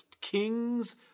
King's